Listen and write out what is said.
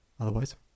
Otherwise